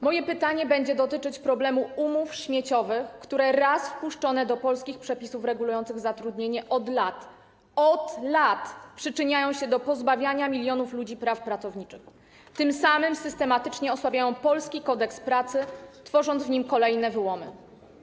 Moje pytanie będzie dotyczyć problemu umów śmieciowych, które raz wpuszczone do polskich przepisów regulujących zatrudnienie od lat, od lat przyczyniają się do pozbawiania milionów ludzi praw pracowniczych, tym samym systematycznie osłabiają polski Kodeks pracy, tworząc w nim kolejne wyłomy.